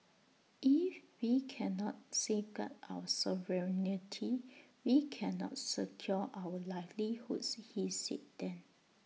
if we cannot safeguard our sovereignty we cannot secure our livelihoods he said then